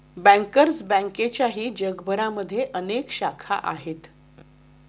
bankers बँकेच्याही जगभरात अनेक शाखा आहेत